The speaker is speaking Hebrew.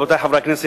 רבותי חברי הכנסת,